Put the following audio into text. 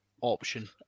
option